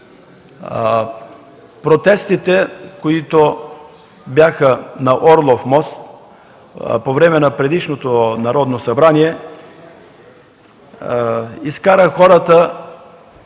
протестите, които бяха на „Орлов мост” по време на предишното Народно събрание. Наистина